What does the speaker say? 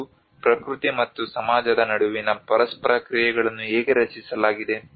ಮತ್ತು ಪ್ರಕೃತಿ ಮತ್ತು ಸಮಾಜದ ನಡುವಿನ ಪರಸ್ಪರ ಕ್ರಿಯೆಗಳನ್ನು ಹೇಗೆ ರಚಿಸಲಾಗಿದೆ